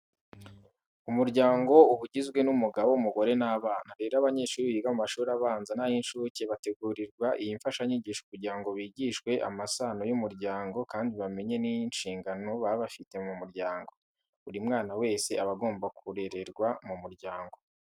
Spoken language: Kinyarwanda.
Umuryango uba ugizwe n'umugabo, umugore n'abana. Rero abanyeshuri biga mu mashuri abanza n'ay'incuke bategurirwa iyi mfashanyigisho kugira ngo bigishwe amasano y'umuryango kandi bamenye n'inshingano baba bafite mu muryango. Buri mwana wese aba agomba kurererwa mu muryango.